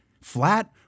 Flat